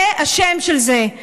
זה השם של זה.